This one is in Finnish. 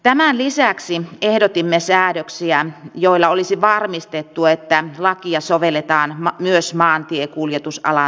tämän lisäksi ehdotimme säädöksiä joilla olisi varmistettu että lakia sovelletaan myös maantiekuljetusalan työhön